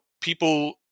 people